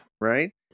Right